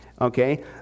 Okay